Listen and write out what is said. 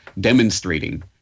demonstrating